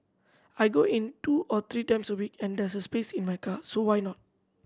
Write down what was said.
I go in two or three times a week and there's space in my car so why not